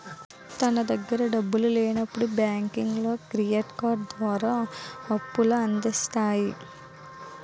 తన దగ్గర డబ్బులు లేనప్పుడు బ్యాంకులో క్రెడిట్ కార్డు ద్వారా అప్పుల అందిస్తాయి